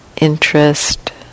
interest